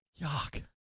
Yuck